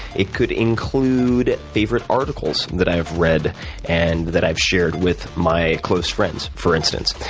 it could include favorite articles that i've read and that i've shared with my close friends, for instance.